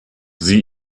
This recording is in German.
sie